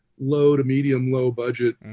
low-to-medium-low-budget